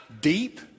Deep